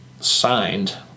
Signed